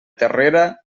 terrera